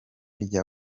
rya